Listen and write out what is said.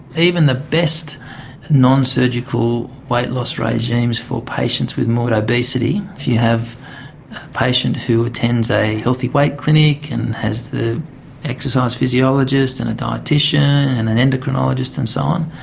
even the best nonsurgical weight loss regimes for patients with morbid obesity, if you have a patient who attends a healthy weight clinic and has the exercise physiologist and a dietician and an endocrinologist and so on,